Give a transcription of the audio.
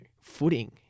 footing